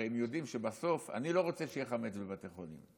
הרי הם יודעים שבסוף אני לא רוצה שיהיה חמץ בבתי חולים,